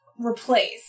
replace